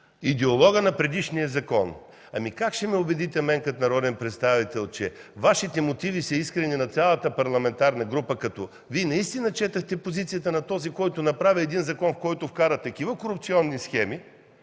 идеологът на предишния закон. Как ще ме убедите мен като народен представител, че Вашите мотиви – на цялата парламентарна група, са искрени, като наистина четохте позицията на този, който направи един закон, който вкара такива корупционни схеми...